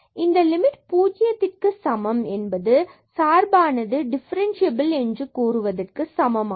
இந்த லிமிட் பூஜ்ஜியத்திற்க்கு சமம் என்பது சார்பானது டிஃபரன்ஸ்சியபில் என்று கூறுவதற்கு சமமானது ஆகும்